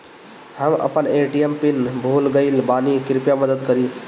हम अपन ATM PIN भूल गएल बानी, कृपया मदद करीं